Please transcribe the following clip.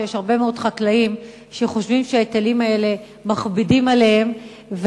ובג"ץ פסק באומרו: "ההיטלים הנגבים מהחקלאים הם מידתיים